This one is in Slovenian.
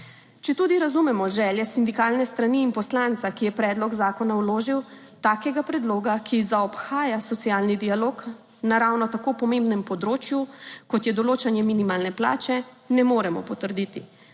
Četudi razumemo želje sindikalne strani in poslanca, ki je predlog zakona vložil, takega predloga, ki zaobhaja socialni dialog na ravno tako pomembnem področju kot je določanje minimalne plače, ne moremo potrditi.